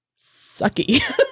sucky